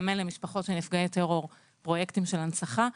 מממן למשפחות של נפגעי טרור פרויקטים של הנצחה,